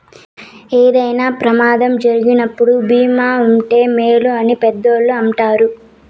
ఏదైనా ప్రమాదం జరిగినప్పుడు భీమా ఉంటే మేలు అని పెద్దోళ్ళు అంటారు